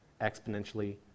exponentially